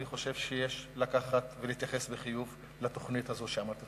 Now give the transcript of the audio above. אני חושב שיש לקחת ולהתייחס בחיוב לתוכנית הזאת שאמרתי.